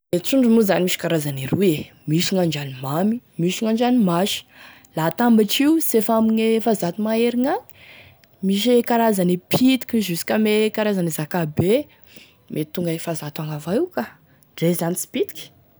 E trondro moa zany misy karazany roy e misy gn'andranomamy misy gn'andranomasy, laha atambatry io sy efa amegn' efazato mahery gnagny misy e karazane pitiky jusqu'à ame karazany e zakabe mety tonga efazato agny avao io ka, ndre izany sy pitiky.